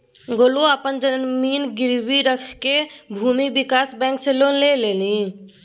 गोलुआ अपन जमीन गिरवी राखिकए भूमि विकास बैंक सँ लोन लेलनि